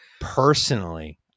personally